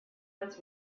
was